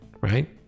Right